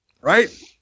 Right